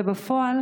ובפועל